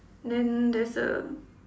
then there's a